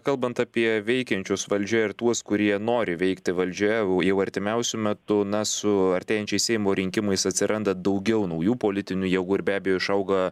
kalbant apie veikiančius valdžioje ir tuos kurie nori veikti valdžioje jau artimiausiu metu na su artėjančiais seimo rinkimais atsiranda daugiau naujų politinių jėgų ir be abejo išauga